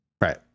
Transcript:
Right